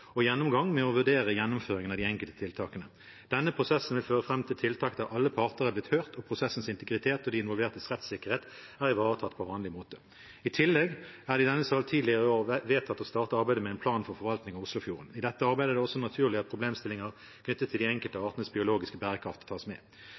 og gjennomgang med å vurdere gjennomføring av de enkelte tiltakene. Denne prosessen vil føre fram til tiltak der alle parter er blitt hørt og prosessens integritet og de involvertes rettssikkerhet er ivaretatt på vanlig måte. I tillegg er det i denne sal tidligere vedtatt å starte arbeidet med en plan for forvaltning av Oslofjorden. I dette arbeidet er det også naturlig at problemstillinger knyttet til de enkelte